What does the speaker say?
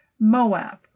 Moab